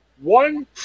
One